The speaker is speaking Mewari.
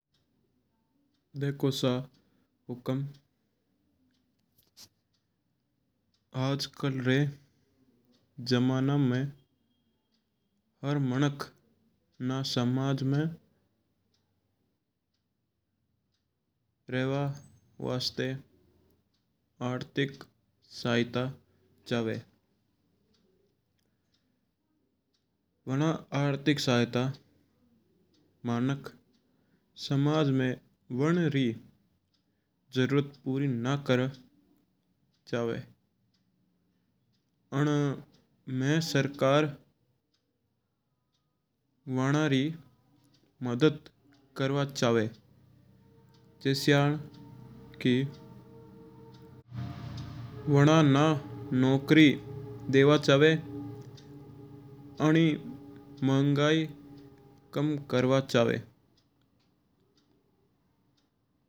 देखो सा हुकम आज कल री जमाना में हर मीनाक ना समज री मायी रेवा वास्ता आर्थिक सहायता चावा है। वणा आर्थिक सहायता समाज मांक री जरूरत पुरी कौन कर् सका। आण मा सरकार वण्णु मदद करवा चावा ज्या कि वणा ना नौकरी देवा चावा।